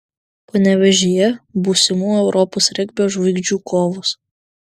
panevėžyje būsimų europos regbio žvaigždžių kovos